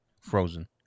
frozen